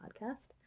podcast